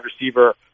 receiver